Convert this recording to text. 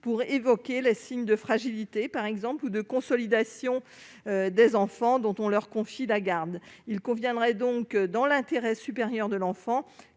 pour évoquer les signes de fragilité, par exemple, ou de consolidation des enfants dont on leur confie la garde ? Il conviendrait donc, dans l'intérêt supérieur de l'enfant,